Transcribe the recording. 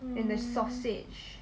eh the sausage